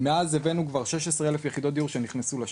מאז הבאנו כבר 16,000 יחידות דיור שנכנסו לשוק.